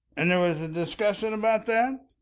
and there was a discussion about that?